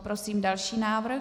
Prosím další návrh.